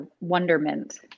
wonderment